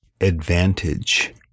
advantage